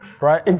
Right